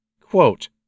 Quote